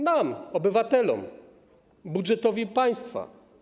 Nam, obywatelom, budżetowi państwa.